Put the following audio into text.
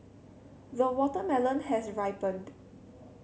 the watermelon has ripened